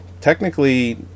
technically